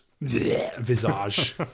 visage